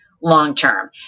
long-term